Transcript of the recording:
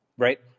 right